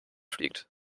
fliegt